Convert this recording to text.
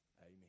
Amen